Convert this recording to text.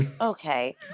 Okay